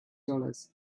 dollars